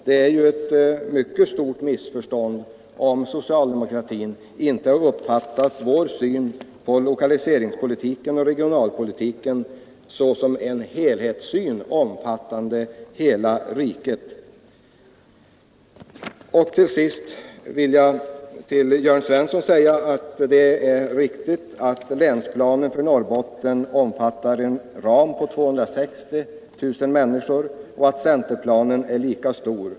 Det är ju ett mycket stort missförstånd om socialdemokratin inte har uppfattat vår syn på lokaliseringspolitiken och regionalpolitiken såsom en helhetssyn omfattande hela riket. Till sist vill jag till herr Jörn Svensson på nytt säga att det är riktigt att länsplanen för Norrbotten omfattar en ram på 260 000 människor och att centerplanen har samma befolkningtal.